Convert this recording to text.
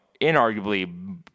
inarguably